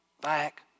back